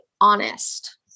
honest